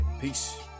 Peace